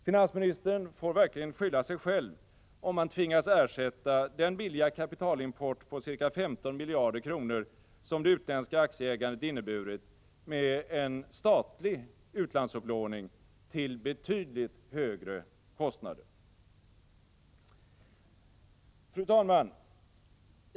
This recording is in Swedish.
Finansministern får verkligen skylla sig själv om han tvingas ersätta den billiga kapitalimport på ca 15 miljarder kronor som det utländska aktieägandet inneburit med en statlig utlandsupplåning till betydligt högre kostnader. Fru talman!